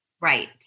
Right